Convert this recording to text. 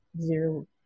zero